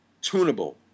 tunable